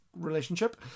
relationship